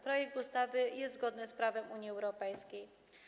Projekt ustawy jest zgodny z prawem Unii Europejskiej.